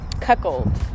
Cuckold